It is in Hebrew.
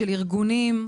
של ארגונים.